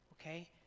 okay